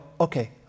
okay